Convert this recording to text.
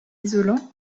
isolants